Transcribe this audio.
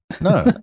No